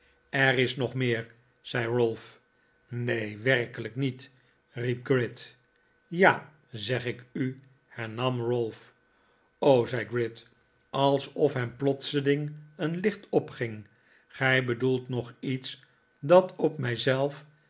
er is nog meer zei ralph neen werkelijk niet riep gride ja zeg ik u hernam ralph zei gride alsof hem plotseling een licht opging gij bedoelt nog iets dat op